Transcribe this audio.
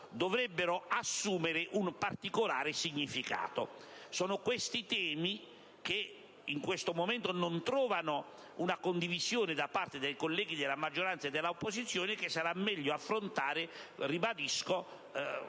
dovrebbero assumere un particolare significato. Sono questi i temi che in questo momento non trovano una condivisione da parte dei colleghi della maggioranza e dell'opposizione e che sarà meglio affrontare, ribadisco,